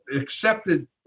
accepted